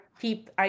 keep